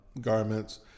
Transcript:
garments